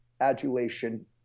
adulation